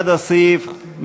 אני מציע, מסירים עד הסוף.